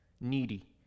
needy